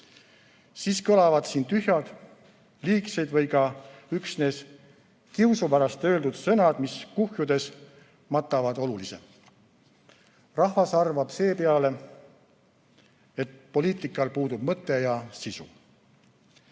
Siis kõlavad siin tühjad, liigsed või ka üksnes kiusu pärast öeldud sõnad, mis kuhjudes matavad olulise. Rahvas arvab seepeale, et poliitikal puudub mõte ja sisu.